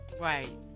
Right